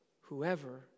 whoever